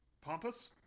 pompous